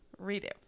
Redo